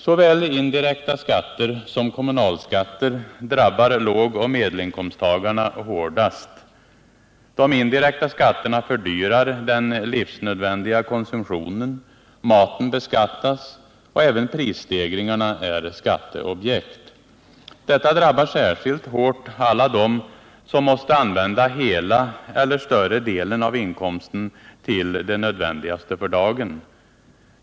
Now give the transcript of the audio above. Såväl indirekta skatter som kommunalskatter drabbar lågoch medelinkomsttagarna hårdast. De indirekta skatterna fördyrar den livsnödvändiga konsumtionen: maten beskattas, och även prisstegringarna är skatteobjekt. Detta drabbar särskilt hårt alla dem som måste använda hela eller större delen av inkomsten till det nödvändigaste för dagen.